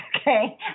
Okay